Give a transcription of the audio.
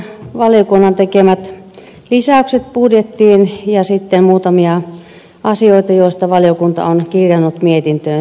esittelen valiokunnan tekemät lisäykset budjettiin ja sitten muutamia asioita joista valiokunta on kirjannut mietintöönsä